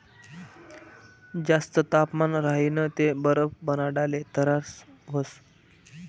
जास्त तापमान राह्यनं ते बरफ बनाडाले तरास व्हस